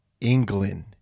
England